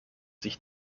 sich